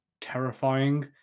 terrifying